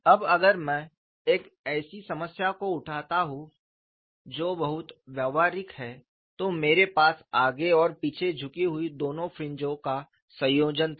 अब अगर मैं एक ऐसी समस्या को उठाता हूं जो बहुत व्यावहारिक है तो मेरे पास आगे और पीछे झुकी हुई दोनों फ्रिंजों का संयोजन था